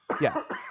Yes